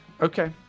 Okay